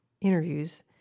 interviews